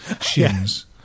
shins